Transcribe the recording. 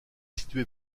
située